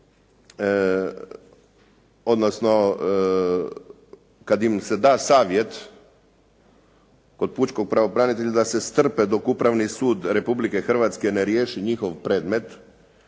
odnosno kada im se da savjet kod pučkog pravobranitelja da se strpe dok Upravni sud Republike Hrvatske ne riješi njihov predmet,